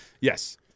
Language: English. Yes